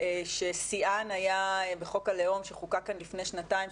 ששיאן היה בחוק הלאום שחוקק כאן לפני שנתיים,